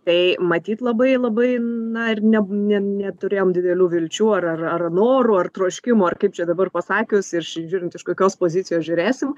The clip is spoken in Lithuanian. tai matyt labai labai na ir ne ne ne neturėjom didelių vilčių ar ar ar norų ar troškimų ar kaip čia dabar pasakius iš žiūrint iš kokios pozicijos žiūrėsim